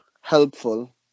helpful